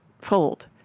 fold